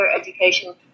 education